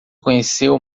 conheceu